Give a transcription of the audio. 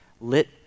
lit